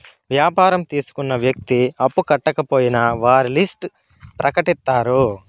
వ్యాపారం తీసుకున్న వ్యక్తి అప్పు కట్టకపోయినా వారి లిస్ట్ ప్రకటిత్తారు